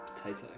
potato